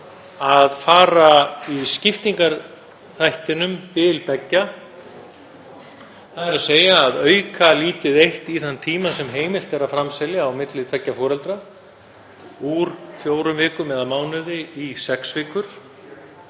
að fara í skiptingarþættinum bil beggja, þ.e. að auka lítið eitt í þann tíma sem heimilt er að framselja á milli tveggja foreldra, úr fjórum vikum í sex vikur,